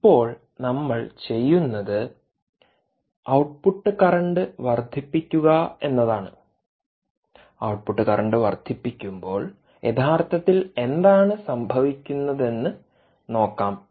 ഇപ്പോൾ നമ്മൾ ചെയ്യുന്നത് ഔട്ട്പുട്ട് കറന്റ് വർദ്ധിപ്പിക്കുക എന്നതാണ് ഔട്ട്പുട്ട് കറന്റ് വർദ്ധിപ്പിക്കുമ്പോൾ യഥാർത്ഥത്തിൽ എന്താണ് സംഭവിക്കുന്നതെന്ന് നോക്കാം